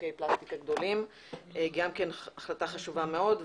בקבוקי הפלסטיק הגדולים שגם היא החלטה חשובה מאוד.